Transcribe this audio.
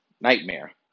Nightmare